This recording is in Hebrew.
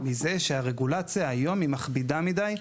מזה שהרגולציה היום היא מכבידה מדי.